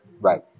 Right